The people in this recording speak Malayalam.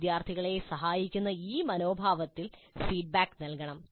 വിദ്യാർത്ഥികളെ സഹായിക്കുന്ന ഈ മനോഭാവത്തിൽ ഫീഡ്ബാക്ക് നൽകണം